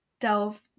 delve